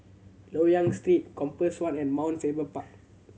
Loyang Street Compass One and Mount Faber Park